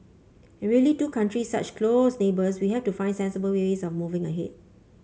and really two countries such close neighbours we have to find sensible way ways of moving ahead